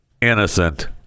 innocent